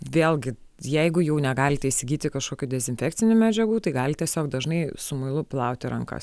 vėlgi jeigu jau negalite įsigyti kažkokių dezinfekcinių medžiagų tai galit tiesiog dažnai su muilu plauti rankas